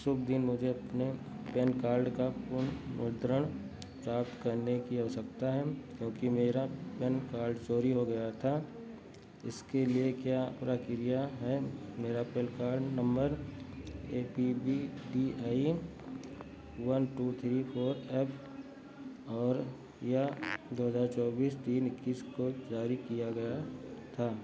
शुभ दिन मुझे अपने पैन कार्ड का पुनर्मुद्रण प्राप्त करने की आवश्यकता है क्योंकि मेरा पैन कार्ड चोरी हो गया था इसके लिए क्या प्रक्रिया है मेरा PAN card number A B C D E one two three four F और यह दो हज़ार चौबीस तीन इक्कीस को जारी किया गया था